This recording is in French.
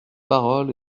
parole